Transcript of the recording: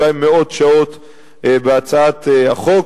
אולי מאות שעות בהצעת החוק,